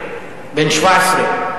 בן 17,